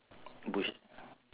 bush